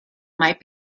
might